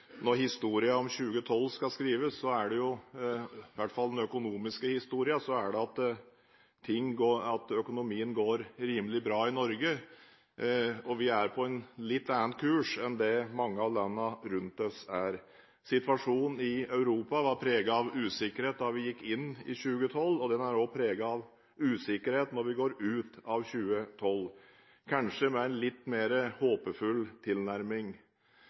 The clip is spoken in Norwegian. når historien om 2012 skal skrives, i hvert fall den økonomiske historien, er den at økonomien går rimelig bra i Norge, og at vi er på en litt annen kurs enn det mange av landene rundt oss er. Situasjonen i Europa var preget av usikkerhet da vi gikk inn i 2012, og den er også preget av usikkerhet når vi går ut av 2012, men kanskje med en litt mer håpefull tilnærming.